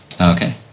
Okay